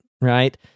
right